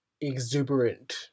exuberant